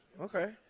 Okay